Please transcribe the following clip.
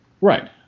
Right